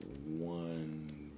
one